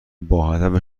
باهدف